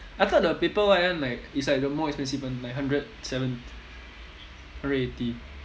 I thought the paper white one like is like the more expensive one like hundred seven~ hundred eighty